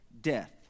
death